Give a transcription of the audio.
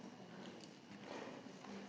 Hvala